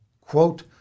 quote